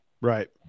right